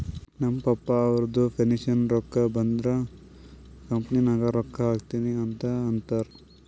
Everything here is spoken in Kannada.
ನಮ್ ಪಪ್ಪಾ ಅವ್ರದು ಪೆನ್ಷನ್ ರೊಕ್ಕಾ ಬಂದುರ್ ಕಂಪನಿ ನಾಗ್ ರೊಕ್ಕಾ ಹಾಕ್ತೀನಿ ಅಂತ್ ಅಂತಾರ್